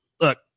look